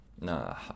No